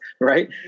right